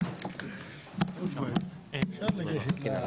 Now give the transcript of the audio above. חשוב להדגיש שאנחנו מקדמים אותן לא רק בשלב התכנוני אלא